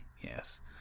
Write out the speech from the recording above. Yes